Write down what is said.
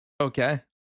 Okay